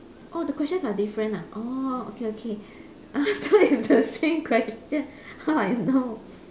orh the questions are different ah orh okay okay I thought is the same question how I know